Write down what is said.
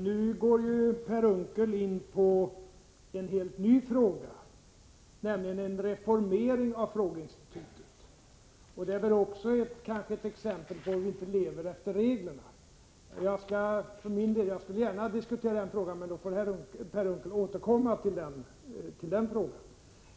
Herr talman! Nu går Per Unckel in på en helt ny fråga, nämligen reformering av frågeinstitutet. Det är kanske också ett exempel på att man inte lever efter reglerna. Jag skall gärna diskutera den frågan, men då får Per Unckel återkomma med